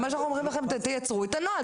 מה שאנחנו אומרים לכם הוא: תייצרו את הנוהל.